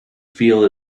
feel